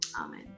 Amen